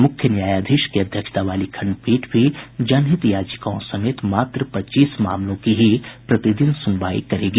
मुख्य न्यायाधीश की अध्यक्षता वाली खंडपीठ भी जनहित याचिकाओं समेत मात्र पच्चीस मामलों की ही प्रतिदिन सुनवाई करेगी